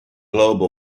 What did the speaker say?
globe